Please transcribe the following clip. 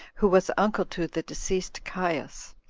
who was uncle to the deceased caius,